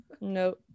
no